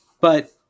But-